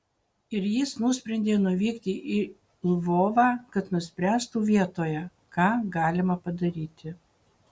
ir jis nusprendė nuvykti į lvovą kad nuspręstų vietoje ką galima padaryti